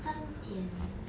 三点